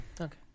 Okay